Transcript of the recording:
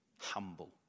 humble